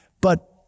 but-